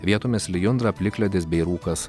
vietomis lijundra plikledis bei rūkas